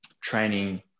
training